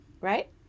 Right